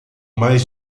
mais